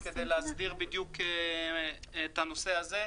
אבל כדי להסדיר בדיוק את הנושא הזה.